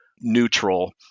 neutral